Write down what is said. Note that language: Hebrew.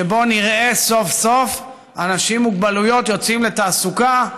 שבו נראה סוף-סוף אנשים עם מוגבלויות יוצאים לתעסוקה,